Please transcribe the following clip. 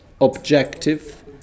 objective